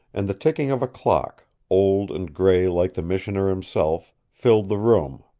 and the ticking of a clock, old and gray like the missioner himself, filled the room.